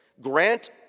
grant